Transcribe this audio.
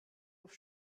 auf